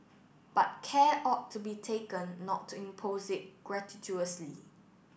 but care ought to be taken not to impose it gratuitously